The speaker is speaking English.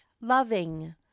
loving